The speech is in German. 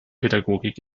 pädagogik